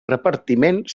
repartiment